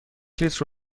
لیتر